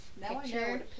picture